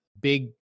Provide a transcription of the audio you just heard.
big